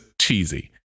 cheesy